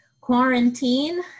Quarantine